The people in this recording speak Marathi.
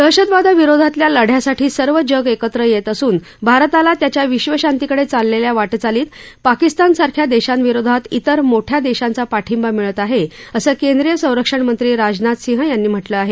दहशतवादाविरोधातल्या लढ्यासाठी सर्व जग एकत्र येत असून भारताला त्याच्या विश्वशांतीकडे चाललेल्या वाटचालीत पाकिस्तानसारख्या देशांविरोधात इतर मोठ्या देशांचा पाठिंबा मिळत आहे असं केंद्रीय संरक्षणमंत्री राजनाथ सिंह यांनी म्हटलं आहे